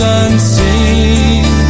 unseen